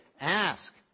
ask